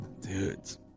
Dudes